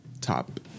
top